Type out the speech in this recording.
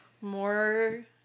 more